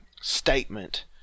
statement